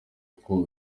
uko